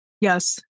Yes